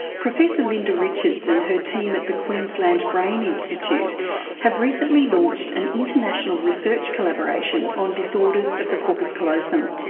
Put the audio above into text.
professor linda richards and her team at the queensland brain institute have recently launched an international research collaboration on disorders of the corpus callosum.